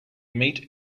meet